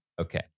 Okay